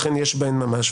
אכן יש בהם ממש.